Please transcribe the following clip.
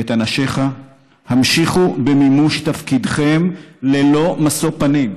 ואת אנשיך: המשיכו במימוש תפקידכם ללא משוא פנים.